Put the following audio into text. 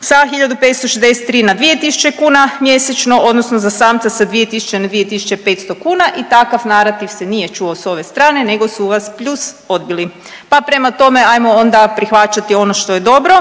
sa 1.563 na 2.000 kuna mjesečno odnosno za samca sa 2.000 na 2.500 kuna i takav narativ se nije čuo s ove strane nego su vas pljus odbili, pa prema tome ajmo onda prihvaćati ono što je dobro